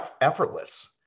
effortless